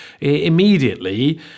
immediately